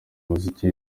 muzika